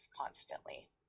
constantly